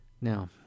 Now